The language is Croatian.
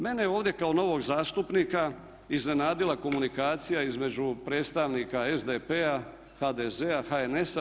Mene ovdje kao novog zastupnika iznenadila komunikacija između predstavnika SDP-a, HDZ-a, HNS-a.